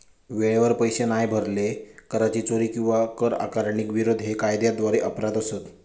वेळेवर पैशे नाय भरले, कराची चोरी किंवा कर आकारणीक विरोध हे कायद्याद्वारे अपराध असत